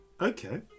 okay